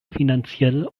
finanziell